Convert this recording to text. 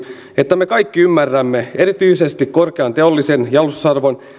että me kaikki ymmärrämme erityisesti korkean teollisen jalostusarvon